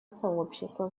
сообщества